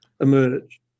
emerge